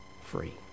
free